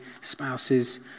spouses